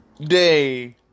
Day